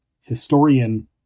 historian